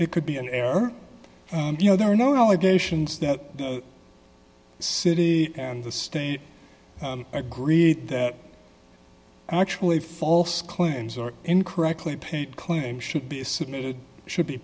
it could be an error you know there are no allegations that the city and the state agree that actually false claims or incorrectly paid claims should be submitted should be